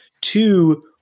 Two